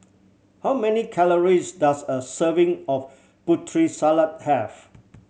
how many calories does a serving of Putri Salad have